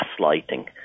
gaslighting